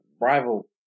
Rival